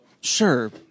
Sure